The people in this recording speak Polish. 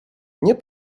nie